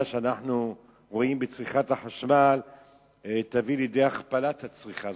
שאנחנו רואים בצריכת החשמל תביא לידי הכפלת הצריכה.